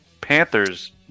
Panthers